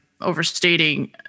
overstating